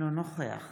אינו נוכח